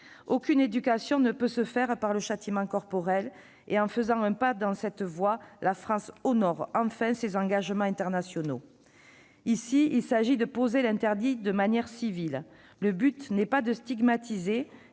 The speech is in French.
Aucune éducation ne peut se faire par le châtiment corporel. En faisant un pas dans cette voie, la France honore enfin ses engagements internationaux. Ici, il s'agit de poser l'interdit de manière civile. Le but n'est pas de stigmatiser,